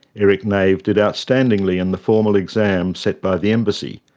eric nave did outstandingly in the formal exams set by the embassy,